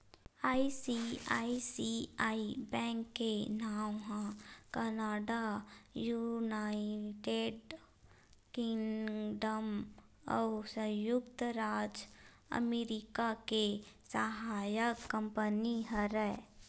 ICICI bank के नांव ह कनाड़ा, युनाइटेड किंगडम अउ संयुक्त राज अमरिका के सहायक कंपनी हरय